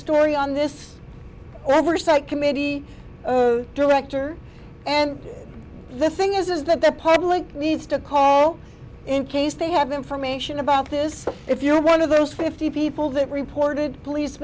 story on this website committee director and the thing is is that the public needs to call in case they have information about this stuff if you are one of those fifty people that reported police